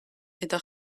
eta